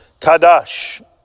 Kadash